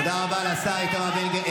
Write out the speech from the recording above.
תודה רבה לשר איתמר בין גביר.